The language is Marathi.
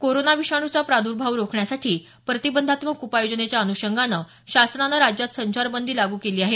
कोरोना विषाणूचा प्रादुर्भाव रोखण्यासाठी प्रतिबंधात्मक उपाय योजनेच्या अनुषंगाने शासनानं राज्यात संचार बंदी लागू केलेली आहे